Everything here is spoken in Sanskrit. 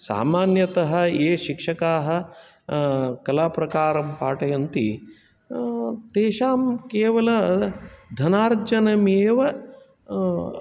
सामान्यतः ये शिक्षकाः कलाप्रकारं पाठयन्ति तेषां केवलधनार्जनमेव